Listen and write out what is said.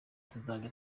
tuzajya